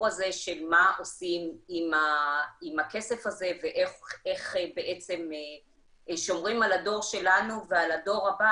הזה של מה עושים עם הכסף הזה ואיך שומרים על הדור שלנו ועל הדור הבא